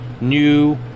new